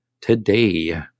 today